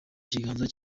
kiganza